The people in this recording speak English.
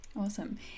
awesome